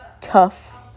tough